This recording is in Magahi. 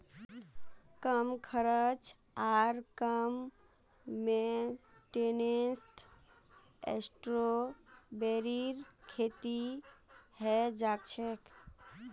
कम खर्च आर कम मेंटेनेंसत स्ट्रॉबेरीर खेती हैं जाछेक